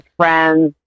friends